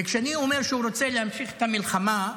וכשאני אומר שהוא רוצה להמשיך את המלחמה,